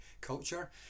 culture